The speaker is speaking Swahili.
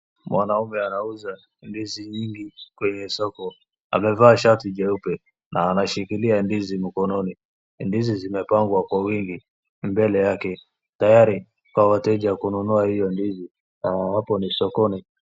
Mwanaume anauza ndizi nyingi kwenye soko. Amevaa shati jeupe na ameshikilia ndizi mkononi. Ndizi zimepangwa kwa wingi mbele yake tayari kwa wateja kununua hiyo ndizi na hapo ni sokoni.